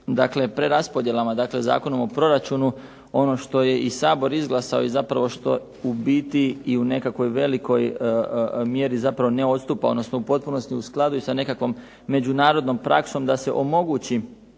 sa preraspodjelama, dakle Zakonom o proračunu. Ono što je i Sabor izglasao i zapravo što je u biti i u nekakvoj velikoj mjeri ne odstupa odnosno u potpunosti je u skladu sa nekakvom međunarodnom praksom da se omogući